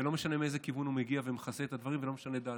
ולא משנה מאיזה כיוון הוא מגיע ומכסה את הדברים ולא משנה מהי דעתו.